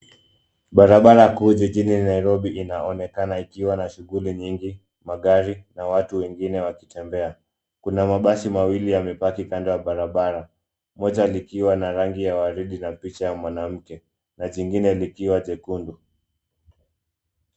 Barabara kuu jijini Nairobi inaonekana ikiwa na shughuli nyingi, magari na watu wengine wakitembea. Kuna mabasi mawili yamepaki kando ya barabara, moja likiwa na rangi ya waridi na picha ya mwanamke na jingine likiwa jekundu.